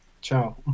Ciao